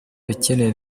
ibikenewe